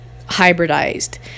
hybridized